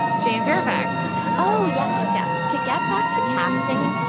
jane fairfax oh, yes, yes, yes to get back to casting,